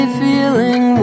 feeling